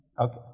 okay